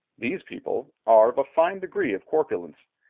these people are of a fine degree of corpulence,